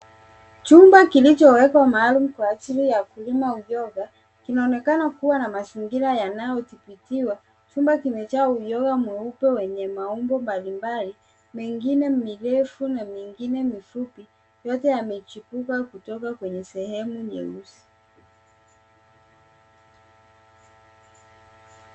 Chumba kilichowekwa maalum kwa ajili ya kulima uyoga kinaonekana kuwa na mazingira yanayodhibitiwa. Chumba kimejaa uyoga meupe mwenye maumbo mbalimbali. Mengine mirefu na mengine mifupi yamechipuka kutoka sehemu nyeusi.